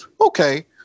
Okay